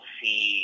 see